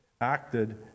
acted